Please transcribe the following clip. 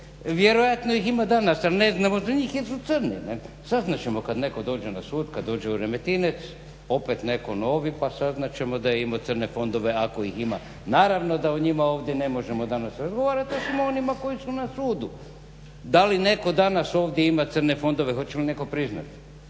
Vjerojatno ih ima i danas, ali ne znamo za njih jer su crni ne'. Saznat ćemo kad netko dođe na sud, kad dođe u Remetinec opet netko novi pa saznat ćemo da je imao crne fondove ako ih ima. Naravno da o njima ovdje ne možemo danas razgovarati osim o onima koji su na sudu. Da li netko danas ovdje ima crne fondove, hoće li netko priznati?